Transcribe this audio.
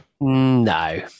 no